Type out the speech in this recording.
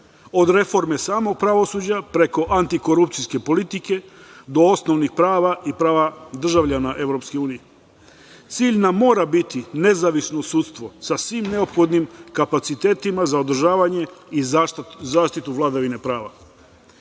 od reforme samo pravosuđa, preko antikorupcijske politike do osnovnih prava i prava državljana EU.Cilj nam mora biti nezavisno sudstvo, sa svim neophodnim kapacitetima za održavanje i zaštitu vladavine prava. Kada